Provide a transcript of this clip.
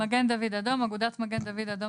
""מגן דוד אדום" אגודת מגן דוד אדום